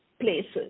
places